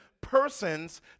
persons